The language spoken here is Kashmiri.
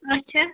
اچھا